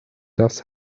das